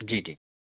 जी जी